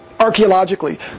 archaeologically